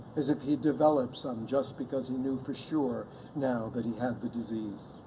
as if he developed some just because he knew for sure now that he had the disease.